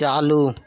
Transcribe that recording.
चालू